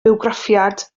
bywgraffiad